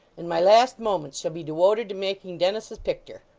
and my last moments shall be dewoted to making dennis's picter.